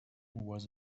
was